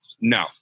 no